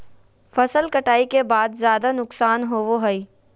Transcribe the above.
फसल कटाई के बाद ज्यादा नुकसान होबो हइ